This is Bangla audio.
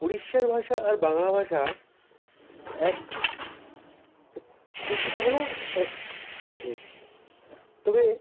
উড়িষ্যার ভাষা আর বাংলা ভাষা এক কিছুটা হলেও এক বটে তবে